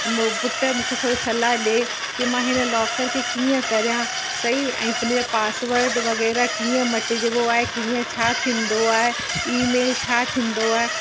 मूं पुटु मूंखे थोरी सलाह ॾे कि मां हिन लॉकर खे कीअं कयां सही ऐं हिनजो पासवर्ड वग़ैरह कीअं मटिजिबो आहे कीअं छा थींदो आहे ईमेल छा थींदो आहे